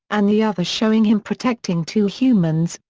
and the other showing him protecting two humans,